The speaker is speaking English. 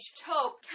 taupe